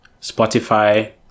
Spotify